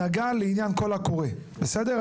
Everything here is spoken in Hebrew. נגע לעניין הקול הקורא, בסדר?